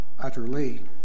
utterly